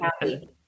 happy